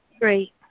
great